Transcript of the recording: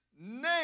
name